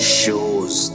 shows